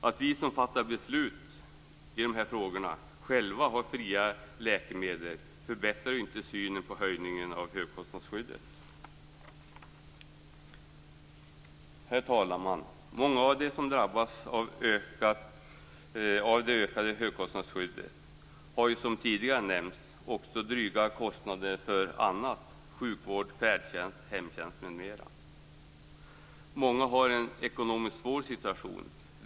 Att vi som fattar beslut i dessa frågor själva har fria läkemedel förbättrar inte situationen när det gäller höjningen av högkostnadsskyddet. Herr talman! Många av dem som drabbas av det höjda högkostnadsskyddet har, som tidigare har nämnts, också dryga kostnader för annat, t.ex. sjukvård, färdtjänst och hemtjänst. Många har en ekonomiskt svår situation.